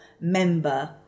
member